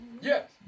Yes